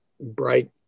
bright